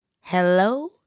Hello